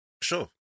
sure